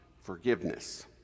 forgiveness